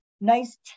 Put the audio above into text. nice